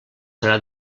serà